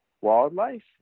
wildlife